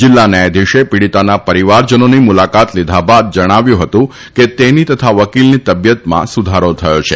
જિલ્લા ન્યાયાધીશે પીડિતાના પરિવારજનોની મુલાકાત લીધા બાદ જણાવ્યું હતું કે તેની તથા વકીલની તબીયતમાં સુધારો થયો છે